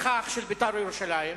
פרחח של "בית"ר ירושלים".